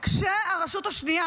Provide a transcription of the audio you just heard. כשהרשות השנייה,